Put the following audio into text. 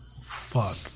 Fuck